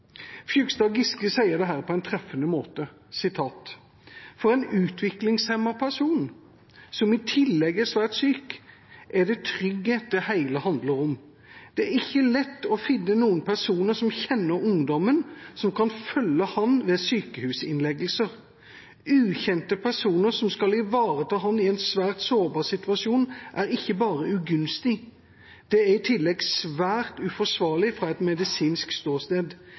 Giske sier dette på en treffende måte. Hun skriver: For en utviklingshemmet person som i tillegg er svært syk, er det trygghet det hele handler om. Det er ikke lett å finne noen personer som kjenner ungdommen, og som kan følge ham ved sykehusinnleggelser. Ukjente personer som skal ivareta ham i en svært sårbar situasjon, er ikke bare ugunstig, det er i tillegg svært uforsvarlig fra et medisinsk ståsted.